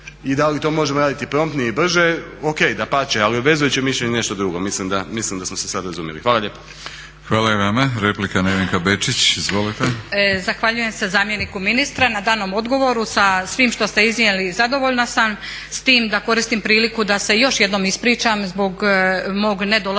i da li to možemo raditi promptnije i brže o.k., dapače ali obvezujuće mišljenje je nešto drugo, mislim da smo se sada razumjeli. Hvala lijepo.